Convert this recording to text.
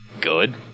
good